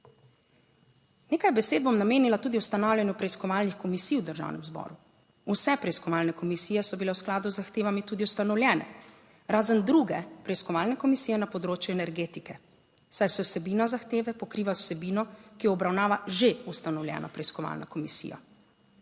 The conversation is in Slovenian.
Nekaj besed bom namenila tudi ustanavljanju preiskovalnih komisij v Državnem zboru. Vse preiskovalne komisije so bile v skladu z zahtevami tudi ustanovljene, razen druge preiskovalne komisije na področju energetike, saj se vsebina zahteve pokriva z vsebino, ki jo obravnava že ustanovljena preiskovalna komisija.